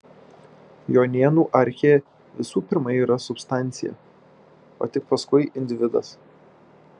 jonėnų archė visų pirma yra substancija o tik paskui individas